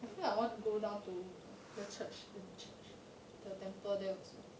I feel like I want to go down to the church the temple there also